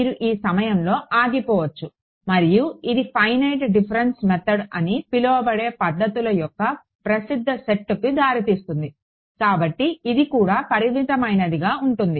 మీరు ఈ సమయంలో ఆగిపోవచ్చు మరియు ఇది ఫైనైట్ డిఫరెన్స్ మెథడ్స్ అని పిలువబడే పద్ధతుల యొక్క ప్రసిద్ధ సెట్కు దారితీస్తుంది కాబట్టి ఇది కూడా పరిమితమైనదిగా ఉంటుంది